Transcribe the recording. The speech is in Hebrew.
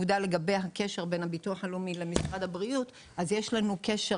עובדה לגבי הקשר בין הביטוח הלאומי למשרד הבריאות יש לנו קשר